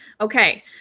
Okay